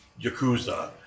Yakuza